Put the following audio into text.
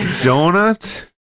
donuts